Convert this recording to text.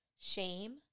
shame